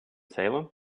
salem